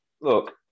look